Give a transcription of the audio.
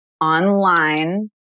online